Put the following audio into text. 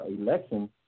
election